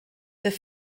king